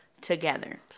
together